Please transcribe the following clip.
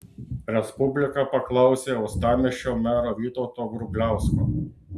respublika paklausė uostamiesčio mero vytauto grubliausko